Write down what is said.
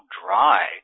dry